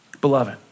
Beloved